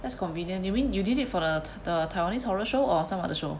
that's convenient you mean you did it for the the taiwanese horror show or some other show